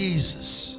Jesus